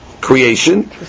Creation